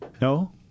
No